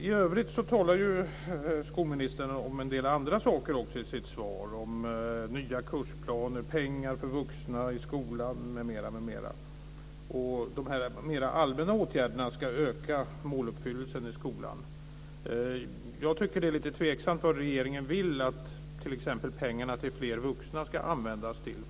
I övrigt talar skolministern om en del andra saker i sitt svar - om nya kursplaner, pengar för vuxna i skolan m.m. Dessa mera allmänna åtgärder ska öka måluppfyllelsen i skolan. Jag tycker att det är lite tveksamt vad regeringen vill att t.ex. pengarna till fler vuxna ska användas till.